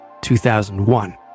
2001